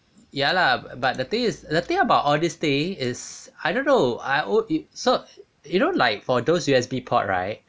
ya lah but the thing is the thing about all this thing is I don't know I owe it so you know like for those U_S_B port right